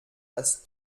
das